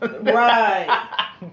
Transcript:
Right